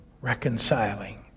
reconciling